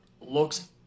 looks